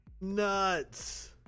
Nuts